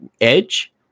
Edge